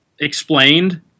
explained